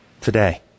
today